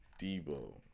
Debo